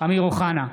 אמיר אוחנה,